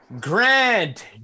Grant